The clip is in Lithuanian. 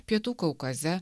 pietų kaukaze